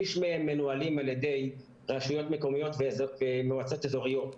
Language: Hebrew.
שליש מהם מנוהלים על ידי רשויות מקומיות ומועצות אזוריות,